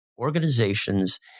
organizations